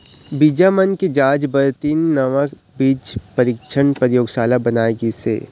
बीजा मन के जांच बर तीन नवा बीज परीक्छन परयोगसाला बनाए गिस हे